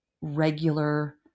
regular